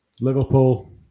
Liverpool